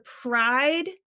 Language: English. pride